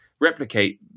replicate